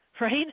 right